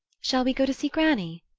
shall we go to see granny?